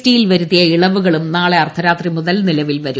T യിൽ വരുത്തിയ ഇളവുകളും നാളെ അർദ്ധരാത്രി മുതൽ നിലവിൽ വരും